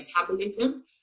metabolism